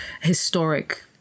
historic